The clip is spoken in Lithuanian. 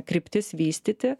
kryptis vystyti